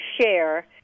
share—